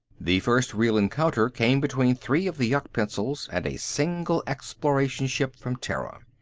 the first real encounter came between three of the yuk pencils and a single exploration ship from terra.